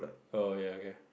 oh ya okay